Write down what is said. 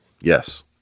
Yes